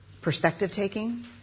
Perspective-taking